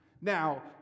Now